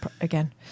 again